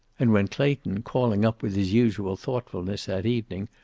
and when clayton, calling up with his usual thoughtfulness that evening,